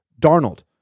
Darnold